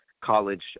college